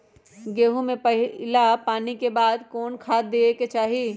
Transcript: गेंहू में पहिला पानी के बाद कौन खाद दिया के चाही?